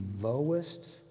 lowest